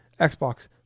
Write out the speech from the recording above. Xbox